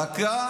רק שנייה, דקה.